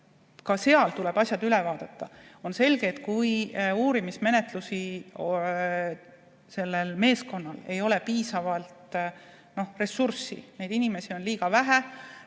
Ka seal tuleb asjad üle vaadata. On selge, et kui uurimismenetluse meeskonnal ei ole piisavalt ressurssi, inimesi on liiga vähe,